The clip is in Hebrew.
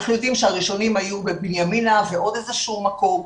אנחנו יודעים שהראשונים היו בבנימינה ובעוד מקום.